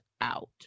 out